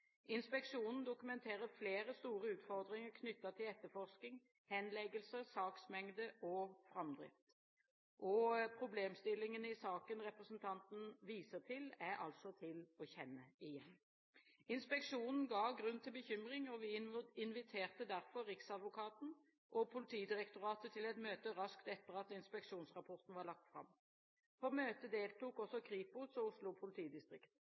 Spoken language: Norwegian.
Inspeksjonen dokumenterer flere store utfordringer knyttet til etterforsking, henleggelser, saksmengde og framdrift. Problemstillingene i saken representanten viser til, er altså til å kjenne igjen. Inspeksjonen ga grunn til bekymring. Vi inviterte derfor Riksadvokaten og Politidirektoratet til et møte raskt etter at inspeksjonsrapporten var lagt fram. På møtet deltok også Kripos og Oslo politidistrikt.